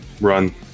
Run